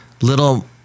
Little